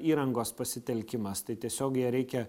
įrangos pasitelkimas tai tiesiog ją reikia